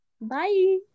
bye